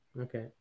Okay